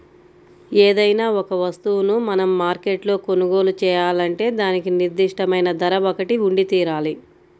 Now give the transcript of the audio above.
ఏదైనా ఒక వస్తువును మనం మార్కెట్లో కొనుగోలు చేయాలంటే దానికి నిర్దిష్టమైన ధర ఒకటి ఉండితీరాలి